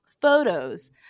photos